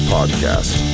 Podcast